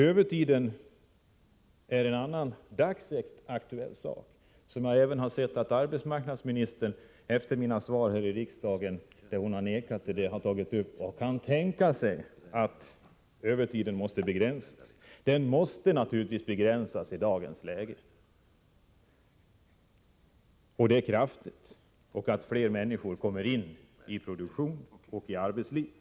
Övertiden är en annan dagsaktuell fråga. Även arbetsmarknadsministern, som i svar till mig här i riksdagen hade avvisat våra krav, har tagit upp denna fråga och kan tänka sig att övertiden begränsas. Den måste naturligtvis begränsas, och det kraftigt, så att fler människor kommer in i produktion och arbetsliv.